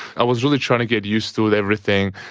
i was really trying to get used to everything.